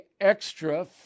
extra